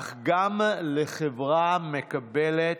אך גם לחברה מקבלת,